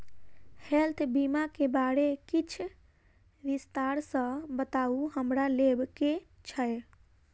Health बीमा केँ बारे किछ विस्तार सऽ बताउ हमरा लेबऽ केँ छयः?